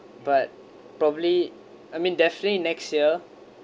but probably I mean definitely next year